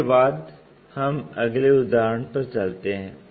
इसके साथ हम अगले उदाहरण पर चलते हैं